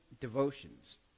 devotions